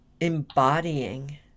embodying